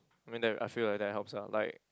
I mean that I feel like that helps lah like